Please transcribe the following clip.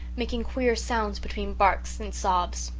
making queer sounds between barks and sobs.